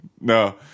No